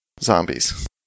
zombies